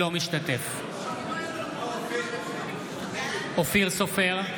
אינו משתתף בהצבעה אופיר סופר,